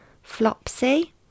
Flopsy